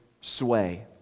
sway